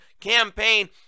campaign